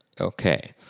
Okay